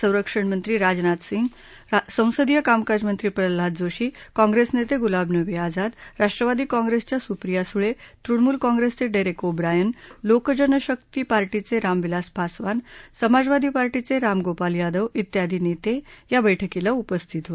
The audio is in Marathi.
संरक्षणमंत्री राजनाथ सिंह संसदीय कामकाज मंत्री प्रल्हाद जोशी काँप्रिस नेते गुलाम नवी आझाद राष्ट्रवादी काँप्रिसच्या सुप्रिया सुळे तृणमुल काँप्रेसचे डेरेक ओब्रायन लोकजनशक्ती पार्टीचे रामविलास पासवान समाजवादी पार्टीचे राम गोपाल यादव ियादी नेते या बैठकीला उपस्थित आहेत